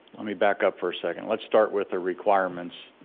let me back up for a second, let's start with the requirements.